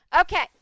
Okay